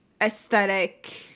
aesthetic